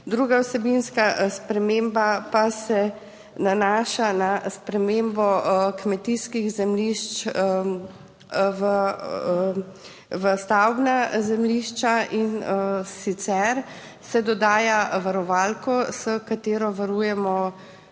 Druga vsebinska sprememba pa se nanaša na spremembo kmetijskih zemljišč v stavbna zemljišča, in sicer se dodaja varovalko, s katero varujemo